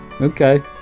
Okay